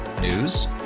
News